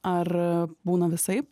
ar būna visaip